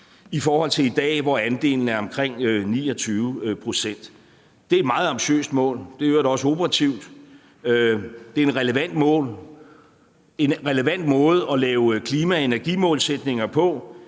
i forhold til i dag, hvor andelen er omkring 29 pct. Det er et meget ambitiøst mål, og det er i øvrigt også operativt. Det er en relevant måde at lave klima- og energimålsætninger på